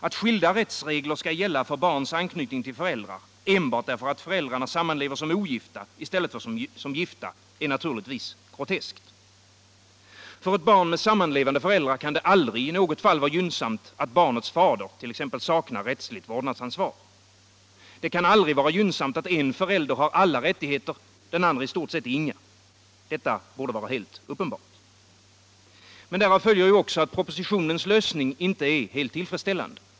Att skilda rättsregler skall gälla för barns anknytning till föräldrar enbart därför att föräldrarna sammanlever som ogifta i stället för som gifta är naturligtvis groteskt. För ett barn med sammanlevande föräldrar kan det aldrig vara gynnsamt att barnets fader saknar rättsligt vårdnadsansvar. Det kan aldrig vara gynnsamt att den ena föräldern har alla rättigheter, den andra i stort sett inga. Detta borde vara helt uppenbart. Därav följer ju också att propositionens lösning inte är helt tillfredsställande.